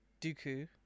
Dooku